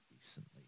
recently